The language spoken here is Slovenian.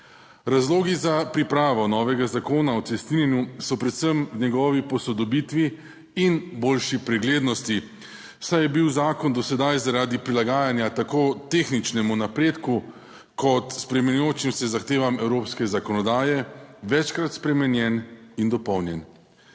Razlogi za pripravo novega zakona o cestninjenju so predvsem v njegovi posodobitvi in boljši preglednosti, saj je bil zakon do sedaj zaradi prilagajanja tako tehničnemu napredku, kot spreminjajočim se zahtevam evropske zakonodaje, večkrat spremenjen in dopolnjen.